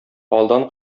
алдан